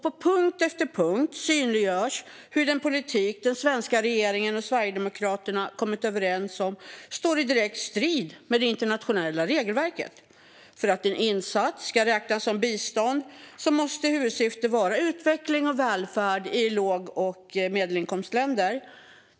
På punkt efter punkt synliggörs hur den politik den svenska regeringen och Sverigedemokraterna kommit överens om står i direkt strid med det internationella regelverket. För att en insats ska räknas som bistånd måste huvudsyftet vara utveckling och välfärd i låg och medelinkomstländer.